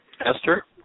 Esther